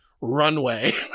runway